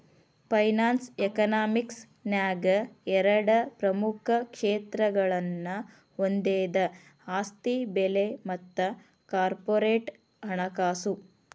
finance economics ನ್ಯಾಗ ಎರಡ ಪ್ರಮುಖ ಕ್ಷೇತ್ರಗಳನ್ನ ಹೊಂದೆದ ಆಸ್ತಿ ಬೆಲೆ ಮತ್ತ ಕಾರ್ಪೊರೇಟ್ ಹಣಕಾಸು